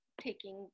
taking